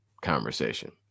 conversation